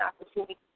opportunity